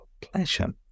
pleasure